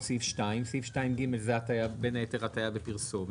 סעיף 2. סעיף 2(ג) זה בין היתר הטעיה בפרסומת,